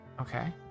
Okay